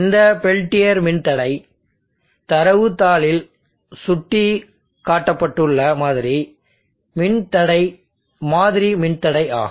இந்த பெல்டியர் மின்தடை தரவுத் தாளில் சுட்டிக்காட்டப்பட்டுள்ள மாதிரி மின்தடை ஆகும்